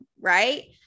right